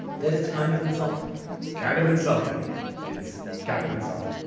that it's kind of insulting kind of insulting it's kind of insulting.